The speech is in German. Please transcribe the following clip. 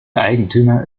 eigentümer